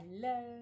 Hello